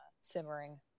simmering